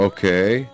Okay